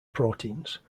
proteins